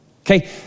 Okay